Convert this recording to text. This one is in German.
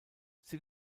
sie